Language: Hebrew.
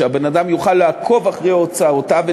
שאדם יוכל לעקוב אחרי הוצאותיו,